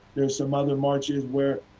there were some other marches, where,